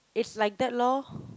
is like that lor